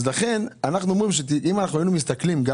אנחנו אומרים שאילו היינו מסתכלים גם